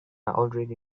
already